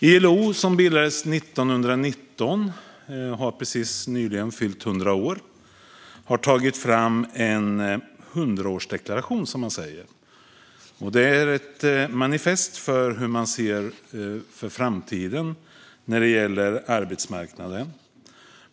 ILO, som bildades 1919 och precis nyligen har fyllt 100 år, har tagit fram en hundraårsdeklaration. Det är ett manifest för hur man ser på framtiden när det gäller arbetsmarknaden.